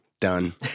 Done